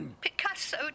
Picasso